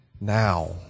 now